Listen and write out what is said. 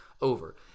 Over